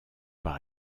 par